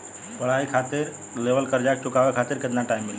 पढ़ाई खातिर लेवल कर्जा के चुकावे खातिर केतना टाइम मिली?